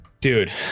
Dude